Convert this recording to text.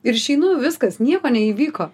ir išeinu viskas nieko neįvyko